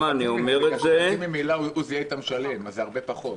אז מה זה פופוליזם?